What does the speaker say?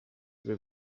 haver